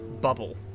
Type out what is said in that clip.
bubble